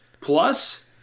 Plus